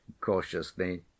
cautiously